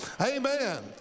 Amen